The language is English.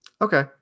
Okay